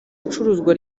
icuruzwa